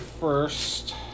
first